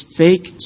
fake